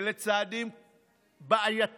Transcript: אלה צעדים בעייתיים,